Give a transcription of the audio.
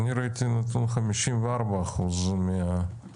אני ראיתי נתון של 54% מהייצוא.